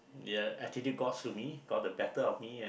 their attitude got to me got the better of me